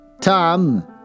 Tom